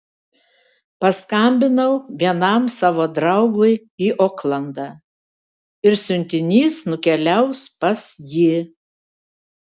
paskambinau vienam savo draugui į oklandą ir siuntinys nukeliaus pas jį